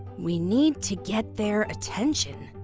we need to get their attention.